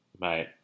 mate